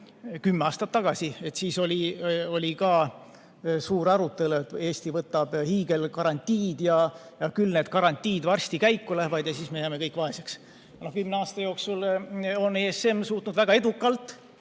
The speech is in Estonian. kümme aastat tagasi, siis oli ka suur arutelu, et Eesti võtab hiigelgarantiid ja küll need garantiid varsti käiku lähevad ja siis me jääme kõik vaesemaks. Kümne aasta jooksul on ESM suutnud väga edukalt